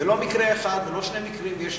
ולא מקרה אחד ולא שני מקרים יש.